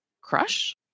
crush